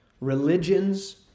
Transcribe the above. religions